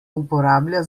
uporablja